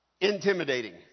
intimidating